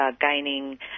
gaining